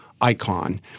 icon